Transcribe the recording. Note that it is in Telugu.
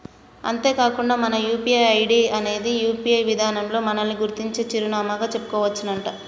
అంతేకాకుండా మన యూ.పీ.ఐ ఐడి అనేది యూ.పీ.ఐ విధానంలో మనల్ని గుర్తించే చిరునామాగా చెప్పుకోవచ్చునంట